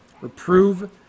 reprove